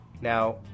Now